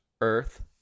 earth